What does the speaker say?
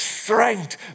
strength